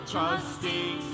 Trusting